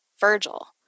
Virgil